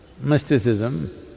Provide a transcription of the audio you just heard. mysticism